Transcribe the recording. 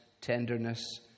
tenderness